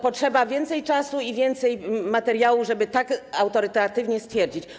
Potrzeba więcej czasu i więcej materiału, żeby tak autorytatywnie stwierdzić.